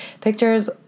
pictures